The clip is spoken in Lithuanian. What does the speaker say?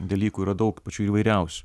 dalykų yra daug pačių įvairiausių